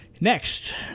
Next